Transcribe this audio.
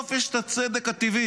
בסוף יש את הצדק הטבעי,